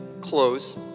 close